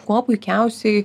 kuo puikiausiai